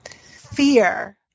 fear